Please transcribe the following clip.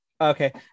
Okay